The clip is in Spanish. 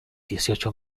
dieciocho